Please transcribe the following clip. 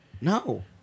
No